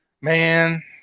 Man